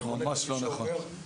אני חולק על מי שאומר את זה.